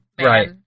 right